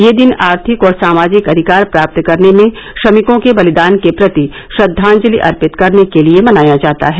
यह दिन आर्थिक और सामाजिक अधिकार प्राप्त करने में श्रमिकों के बलिदान के प्रति श्रद्वाजंलि अर्पित करने के लिये मनाया जाता है